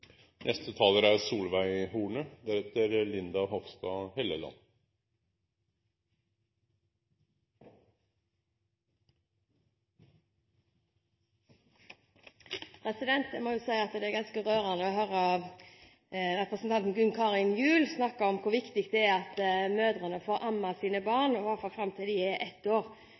Jeg må jo si at det er ganske rørende å høre representanten Gunn Karin Gjul snakke om hvor viktig det er at mødrene får amme sine barn, i hvert fall fram til de er ett år.